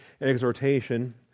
exhortation